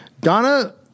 Donna